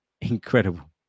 Incredible